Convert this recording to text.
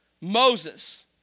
Moses